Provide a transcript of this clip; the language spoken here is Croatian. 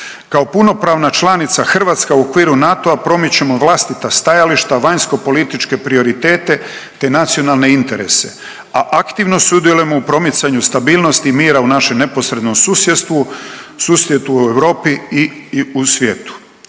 Kao punopravna članica Hrvatska u okviru NATO-a promičemo vlastita stajališta, vanjskopolitičke prioritete te nacionalne interese, a aktivno sudjelujemo u promicanju stabilnosti i mira u našem neposrednom susjedstvu, susjedstvu u Europi i u svijetu.